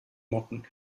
motten